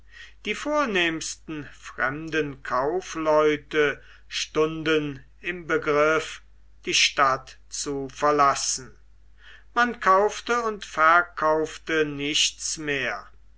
die vornehmsten fremden kaufleute stunden im begriff die stadt zu verlassen man kaufte und verkaufte nichts mehr